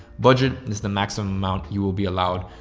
budget is the maximum amount you will be allowed.